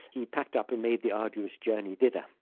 he packed up and made the arduous journey thither.